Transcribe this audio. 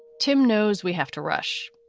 tim knows we have to rush.